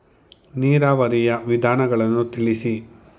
ನೀರಾವರಿಯ ವಿಧಾನಗಳನ್ನು ತಿಳಿಸಿ?